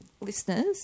listeners